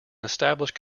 established